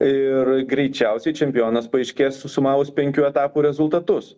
ir greičiausiai čempionas paaiškės susumavus penkių etapų rezultatus